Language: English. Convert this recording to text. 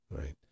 right